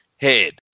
head